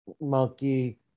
monkey